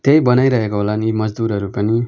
त्यही बनाइरहेको होला नि मजदुरहरू पनि